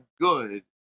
good